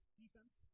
defense